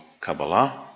Kabbalah